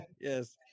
yes